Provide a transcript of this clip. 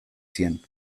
zien